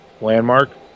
landmark